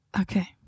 Okay